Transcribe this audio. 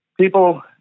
people